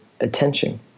attention